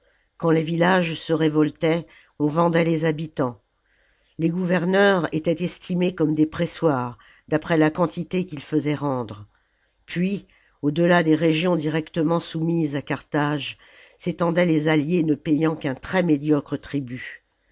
quand les villages se révoltaient on vendait les habitants les gouverneurs étaient estimés comme des pressoirs d'après la quantité qu'ils faisaient rendre puis au delà des régions directement soumises à carthage s'étendaient les alliés ne payant qu'un très médiocre tribut